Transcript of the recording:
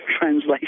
translation